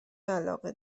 علاقه